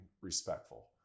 respectful